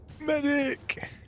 medic